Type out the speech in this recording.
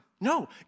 No